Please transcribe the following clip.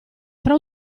fra